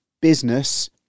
business